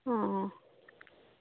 অঁ অঁ